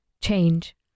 change